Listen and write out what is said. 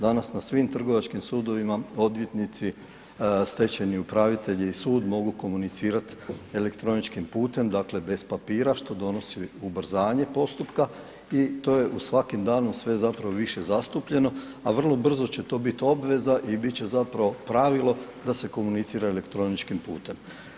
Danas na svim trgovačkim sudovima odvjetnici, stečajni upravitelji i sud mogu komunicirat elektroničkim putem, dakle bez papira što donosi ubrzanje postupka i to je u svakim danom sve zapravo više zastupljeno, a vrlo brzo će to biti obveza i bit će zapravo pravilo da se komunicira elektroničkim putem.